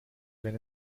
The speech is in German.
wenn